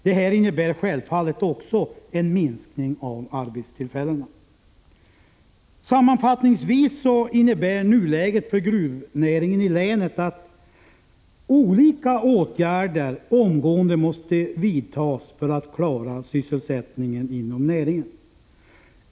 Detta innebär självfallet också en minskning av arbetstillfällena. Sammanfattningsvis innebär nuläget för gruvnäringen i länet att olika åtgärder omgående måste vidtas för att klara sysselsättningen inom näringen.